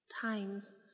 Times